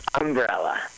umbrella